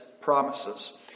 promises